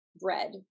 bread